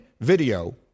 video